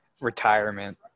retirement